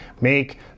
make